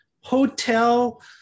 hotel